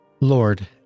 Lord